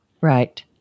Right